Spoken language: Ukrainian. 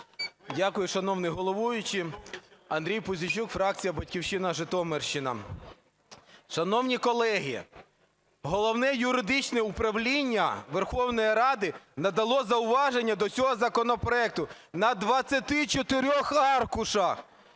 Дякую, шановний головуючий. Андрій Пузійчук, фракція "Батьківщина", Житомирщина. Шановні колеги, Головне юридичне управління Верховної Ради надало зауваження до цього законопроекту на 24 аркушах.